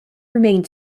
remain